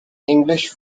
english